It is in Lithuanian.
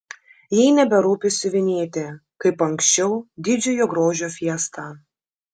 jai neberūpi siuvinėti kaip anksčiau didžiojo grožio fiestą